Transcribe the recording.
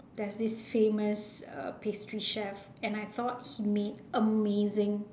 there's this famous uh pastry chef and I thought he made amazing